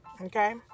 Okay